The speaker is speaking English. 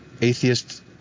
Atheist